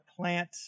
plant